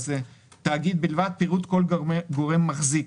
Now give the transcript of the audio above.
" תאגיד בלבד: פירוט כל גורם מחזיק,